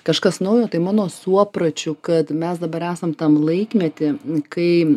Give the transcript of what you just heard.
kažkas naujo tai mano suopračiu kad mes dabar esam tam laikmetį kai